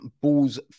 Ball's